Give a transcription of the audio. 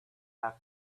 have